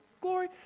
glory